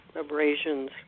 abrasions